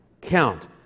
count